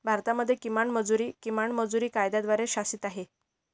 भारतामध्ये किमान मजुरी, किमान मजुरी कायद्याद्वारे शासित आहे